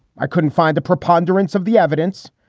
i couldn't find the preponderance of the evidence.